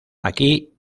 aquí